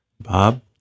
Bob